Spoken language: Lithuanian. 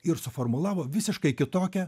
ir suformulavo visiškai kitokią